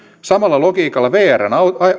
samalla logiikalla vrn